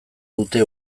dute